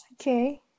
okay